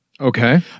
Okay